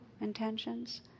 intentions